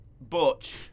Butch